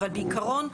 אבל בעיקרון,